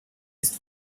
ist